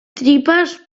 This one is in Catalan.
tripes